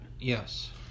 Yes